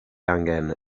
angen